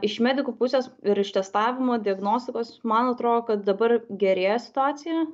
iš medikų pusės ir iš testavimo diagnostikos man atrodo kad dabar gerėja situacija